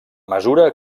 mesura